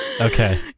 Okay